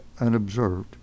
unobserved